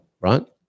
right